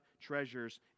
treasures